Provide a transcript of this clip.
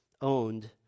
owned